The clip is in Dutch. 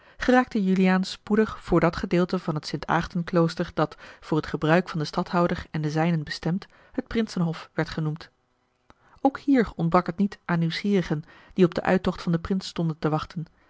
geraakte juliaan spoedig voor dat gedeelte van het st aagtenklooster dat voor het gebruik van den stadhouder en de zijnen bestemd het princenhof werd genoemd ook hier ontbrak het niet aan nieuwsgierigen die op den uittocht van den prins stonden te wachten